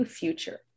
future